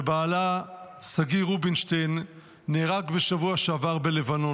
שבעלה שגיא רובינשטיין נהרג בשבוע שעבר בלבנון,